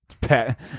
Pat